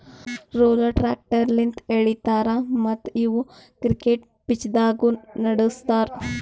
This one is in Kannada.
ರೋಲರ್ ಟ್ರ್ಯಾಕ್ಟರ್ ಲಿಂತ್ ಎಳಿತಾರ ಮತ್ತ್ ಇವು ಕ್ರಿಕೆಟ್ ಪಿಚ್ದಾಗ್ನು ನಡುಸ್ತಾರ್